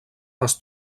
les